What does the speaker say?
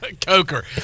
Coker